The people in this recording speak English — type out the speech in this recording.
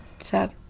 sad